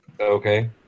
Okay